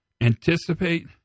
Anticipate